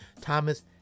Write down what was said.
Thomas